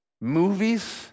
movies